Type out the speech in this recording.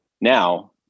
Now